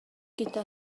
gyda